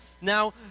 Now